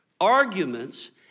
arguments